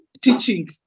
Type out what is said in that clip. teaching